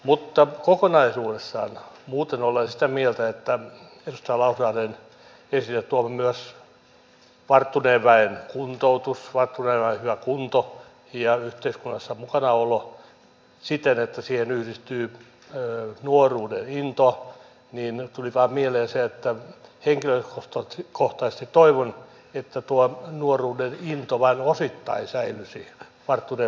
mutta kokonaisuudessaan muuten olen sitä mieltä edustaja lauslahden esille tuomasta myös varttuneen väen kuntoutuksesta varttuneen väen hyvästä kunnosta ja yhteiskunnassa mukanaolosta siten että siihen yhdistyy nuoruuden intoa niin ne tulivat mieleen into että henkilökohtaisesti toivon että tuo nuoruuden into vain osittain säilyisi varttuneen vanhusväestön piirissä